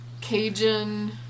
Cajun